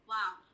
Wow